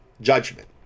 judgment